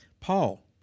Paul